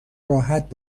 راحت